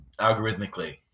algorithmically